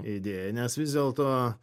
idėja nes vis dėlto